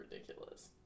ridiculous